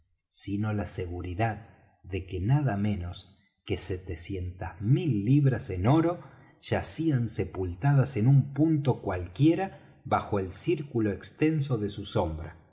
sino la seguridad de que nada menos que setecientas mil libras en oro yacían sepultadas en un punto cualquiera bajo el círculo extenso de su sombra